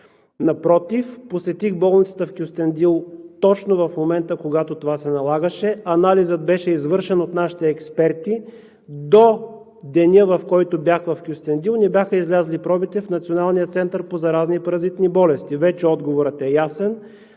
Напротив, посетих болницата в Кюстендил точно в момента, когато това се налагаше. Анализът беше извършен от нашите експерти. До деня, в който бях в Кюстендил, не бяха излезли пробите в Националния център по заразни и паразитни болести. Вече отговорът е ясен